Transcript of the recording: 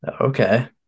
Okay